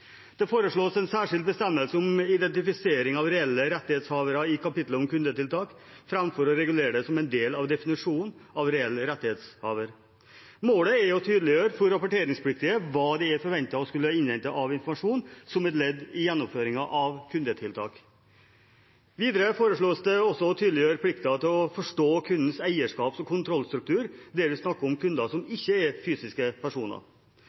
Det foreslås en særskilt bestemmelse om identifisering av reelle rettighetshavere i kapitlet om kundetiltak, framfor å regulere det som en del av definisjonen av reell rettighetshaver. Målet er å tydeliggjøre for rapporteringspliktige hva de er forventet å skulle innhente av informasjon som et ledd i gjennomføringen av kundetiltak. Videre foreslås det også å tydeliggjøre plikten til å forstå kundens eierskaps- og kontrollstruktur, der vi snakker om kunder som ikke er fysiske personer.